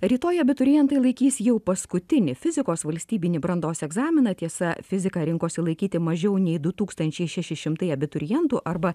rytoj abiturientai laikys jau paskutinį fizikos valstybinį brandos egzaminą tiesa fiziką rinkosi laikyti mažiau nei du tūkstančiai šeši šimtai abiturientų arba